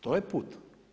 To je put.